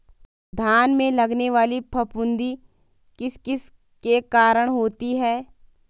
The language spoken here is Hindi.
धान में लगने वाली फफूंदी किस किस के कारण होती है?